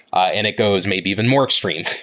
ah and it goes maybe even more extreme,